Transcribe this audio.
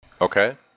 okay